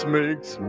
makes